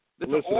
Listen